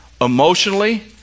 emotionally